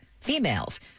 females